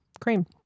cream